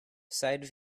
side